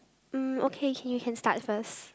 mm okay okay you can start first